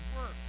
work